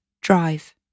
Drive